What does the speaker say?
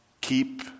keep